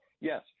yes